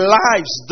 lives